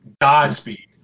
Godspeed